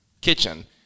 kitchen